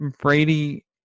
Brady